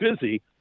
busy